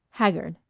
haggard,